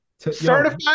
Certified